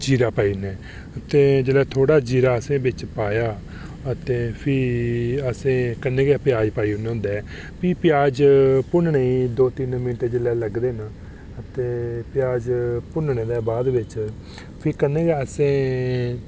जीरा पाई लेआ तो जल्लै थोह्ड़ा जीरा असें बिच पाया अते फ्ही असें कन्नै गै प्याज पाई ओड़ना होंदा ऐ भी प्याज भुन्नने ई दो तिन मिंट ते लगदे न ते प्याज भुन्नने दे बाद बिच फ्ही कन्नै गै असें